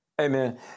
Amen